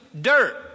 Dirt